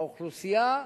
האוכלוסייה